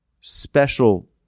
special